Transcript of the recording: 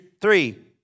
three